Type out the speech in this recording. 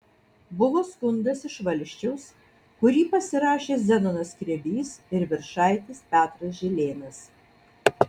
buvo skundas iš valsčiaus kurį pasirašė zenonas skrebys ir viršaitis petras žilėnas